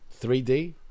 3D